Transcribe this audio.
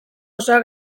osoa